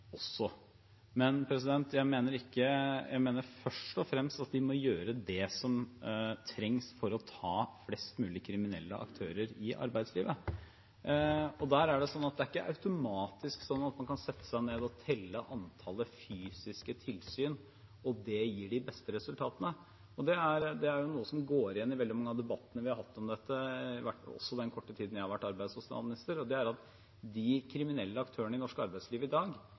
men jeg mener at de først og fremst må gjøre det som trengs for å ta flest mulige kriminelle aktører i arbeidslivet. Det er ikke automatisk slik at man kan sette seg ned og telle antallet fysiske tilsyn, og at det gir de beste resultatene. Det er noe som går igjen i veldig mange av debattene vi har hatt om dette, også den korte tiden jeg har vært arbeids- og sosialminister: Det er ikke bare sånn at de kriminelle aktørene i norsk arbeidsliv i dag